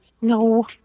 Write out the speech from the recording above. No